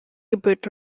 gebührt